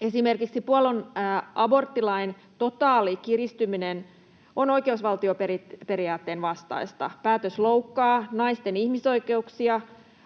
Esimerkiksi Puolan aborttilain totaalikiristyminen on oikeusvaltioperiaatteen vastaista. Päätös loukkaa naisten ihmisoikeuksia,